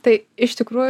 tai iš tikrųjų